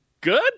good